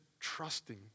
trusting